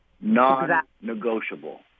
non-negotiable